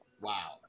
wow